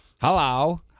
Hello